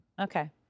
okay